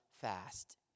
fast